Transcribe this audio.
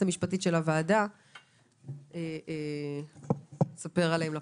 המשפטית של הוועדה לספר עליהם לפרוטוקול.